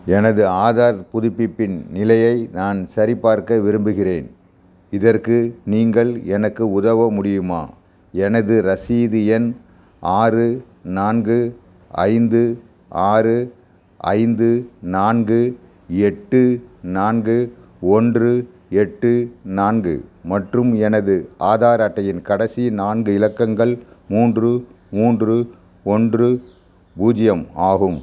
எனது ஆதார் புதுப்பிப்பின் நிலையை நான் சரிபார்க்க விரும்புகிறேன் இதற்கு நீங்கள் எனக்கு உதவ முடியுமா எனது ரசீது எண் ஆறு நான்கு ஐந்து ஆறு ஐந்து நான்கு எட்டு நான்கு ஒன்று எட்டு நான்கு மற்றும் எனது ஆதார் அட்டையின் கடைசி நான்கு இலக்கங்கள் மூன்று மூன்று ஒன்று பூஜ்ஜியம் ஆகும்